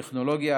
טכנולוגיה,